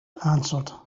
answered